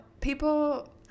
people